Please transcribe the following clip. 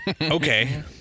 Okay